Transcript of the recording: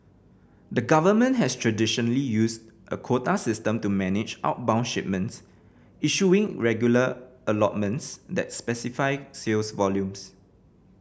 the government has traditionally used a quota system to manage outbound shipments issuing regular allotments that specify sales volumes